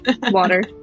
water